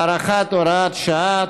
הארכת הוראת השעה),